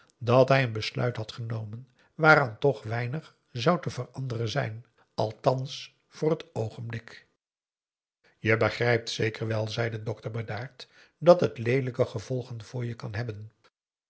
dat hij een besluit had genomen waaraan toch weinig zou te veranderen zijn althans voor het oogenblik je begrijpt zeker wel zei de dokter bedaard dat het leelijke gevolgen voor je kan hebben